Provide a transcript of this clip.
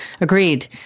Agreed